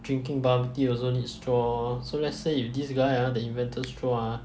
drinking bubble tea also need straw so let's say if this guy ah that invented straw ah